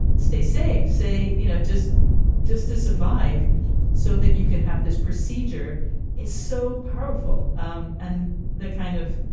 stay safe. say, you know, just just to survive so that you can have this procedure is so powerful um and the kind of,